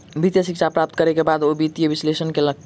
वित्तीय शिक्षा प्राप्त करै के बाद ओ वित्तीय विश्लेषक बनला